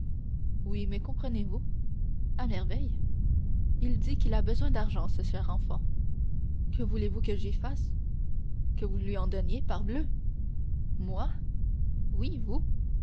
oui mais comprenez-vous à merveille il dit qu'il a besoin d'argent ce cher enfant que voulez-vous que j'y fasse que vous lui en donniez parbleu moi oui vous